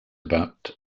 about